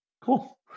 Cool